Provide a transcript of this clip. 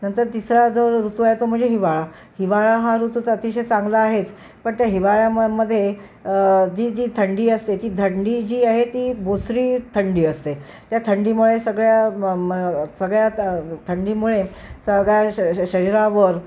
नंतर तिसरा जो ऋतू आहे तो म्हणजे हिवाळा हिवाळा हा ऋतू तर अतिशय चांगला आहेच पण ते हिवाळ्यामध्ये जी जी थंडी असते ती थंडी जी आहे ती बोचरी थंडी असते त्या थंडीमुळे सगळ्या ब ब सगळ्या थंडीमुळे सगळ्या श श शरीरावर